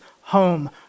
home